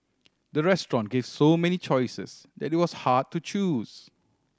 the restaurant gave so many choices that it was hard to choose